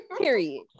Period